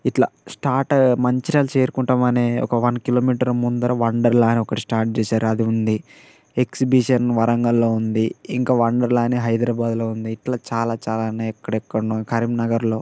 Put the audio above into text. ఇట్లా స్టార్ట్ మంచిర్యాల చేరుకుంటాం అనే ఒక వన్ కిలోమీటరు ముందర వండర్లా అని ఒకటి స్టార్ట్ చేసారు అది ఉంది ఎగ్జిబిషన్ వరంగల్లో ఉంది ఇంక వండర్లా అని హైదరాబాదులో ఉంది ఇట్లా చాలా చాలా ఉన్నాయి ఎక్కడెక్కడనో కరీంనగర్లో